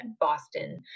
Boston